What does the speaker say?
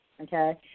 okay